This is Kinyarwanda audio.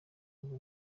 ngo